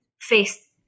face